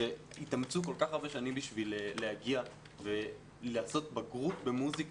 שהתאמצו כל כך הרבה שנים בשביל להגיע ולעשות בגרות במוסיקה,